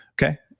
okay?